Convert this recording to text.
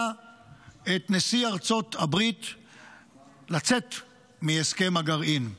את נשיא ארצות הברית לצאת מהסכם הגרעין.